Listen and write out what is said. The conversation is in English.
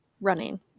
running